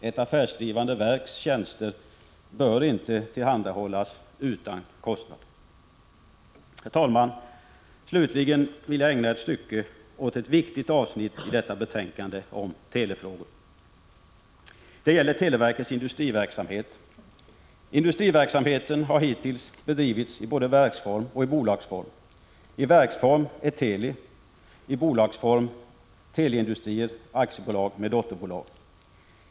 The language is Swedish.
Ett affärsdrivande verks tjänster bör inte tillhandahållas utan kostnad. Herr talman! Slutligen skall jag ägna en stund åt ett viktigt avsnitt i detta betänkande om telefrågor. Det gäller televerkets industriverksamhet. Industriverksamheten har hittills bedrivits i både verksform och bolagsform, nämligen i Teli och i Teleindustrier AB med dotterbolag.